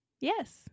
yes